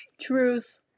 Truth